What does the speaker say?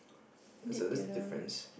there's a there's a difference